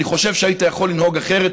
אני חושב שהיית יכול לנהוג אחרת.